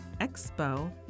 Expo